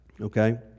Okay